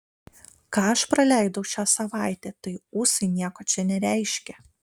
ką aš praleidau šią savaitę tai ūsai nieko čia nereiškia